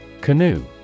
Canoe